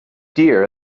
dear